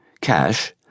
cash